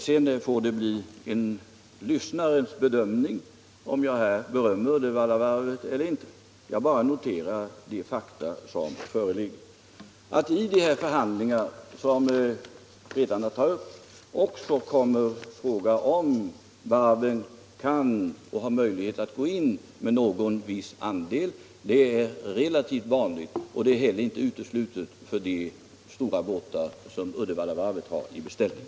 Sedan får det bli en lyssnarens bedömning, om jag här berömmer Uddevallavarvet eller inte; jag bara noterar de fakta som föreligger. Att i de förhandlingar som redan tagits upp också den frågan kommer upp huruvida varvet har möjligheter att gå in med någon viss ägarandel —- vilket är relativt vanligt — är heller inte uteslutet för de stora båtar som Uddevallavarvet har i beställning.